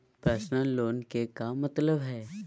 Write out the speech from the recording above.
Personal loan के का मतलब हई?